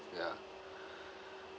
ya